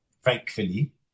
Thankfully